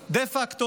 דה פקטו